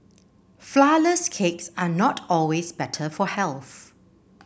flourless cakes are not always better for health